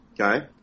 Okay